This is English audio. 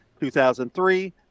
2003